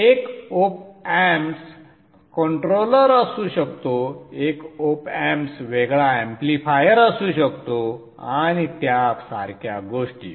तर एक OpAmp controller असू शकतो एक OpAmp वेगळा ऍम्प्लिफायर असू शकतो आणि त्यासारख्या गोष्टी